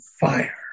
fire